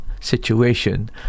situation